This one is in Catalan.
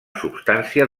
substància